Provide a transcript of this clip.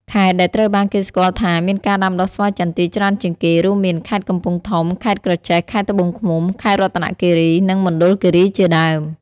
ខេត្តដែលត្រូវបានគេស្គាល់ថាមានការដាំដុះស្វាយចន្ទីច្រើនជាងគេ រួមមានខេត្តកំពង់ធំ ខេត្តក្រចេះ ខេត្តត្បូងឃ្មុំ ខេត្តរតនគិរី និងមណ្ឌលគិរីជាដើម។